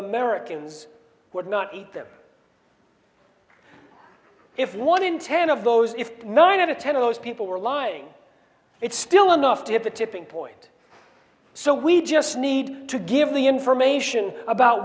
americans would not eat them if one in ten of those if nine out of ten of those people were lying it's still enough to have a tipping point so we just need to give the information about